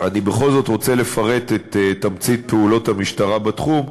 אני בכל זאת רוצה לפרט את תמצית פעולות המשטרה בתחום,